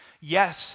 Yes